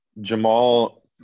Jamal